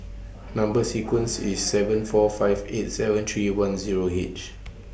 Number sequence IS seven four five eight seven three one Zero H